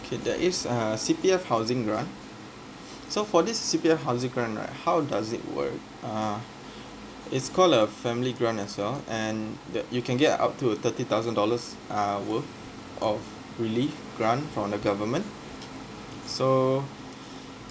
okay there is uh C_P_F housing grant so for this C_P_F housing grant right how does it work uh it's called a family grant as well and that you can get a up to thirty thousand dollars uh worth of relief grant from the government so